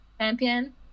champion